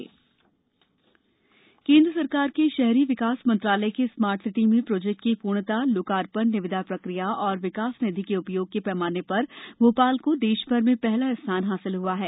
smart city केंद्र सरकार के शहरी विकास मंत्रालय की स्मार्ट सिटी में प्रोजेक्ट की पूर्णता लोकार्पण निविदा प्रक्रिया और विकास निधि के उपयोग के पैमाने पर भोपाल को देशभर में पहला स्थान हासिल हुआ है